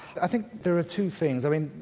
i think there are two things. i mean